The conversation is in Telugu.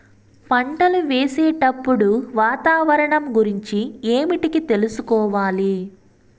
పంటలు వేసేటప్పుడు వాతావరణం గురించి ఏమిటికి తెలుసుకోవాలి?